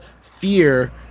fear